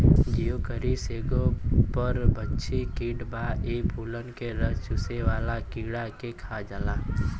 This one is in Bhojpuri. जिओकरिस एगो परभक्षी कीट बा इ फूलन के रस चुसेवाला कीड़ा के खा जाला